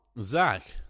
Zach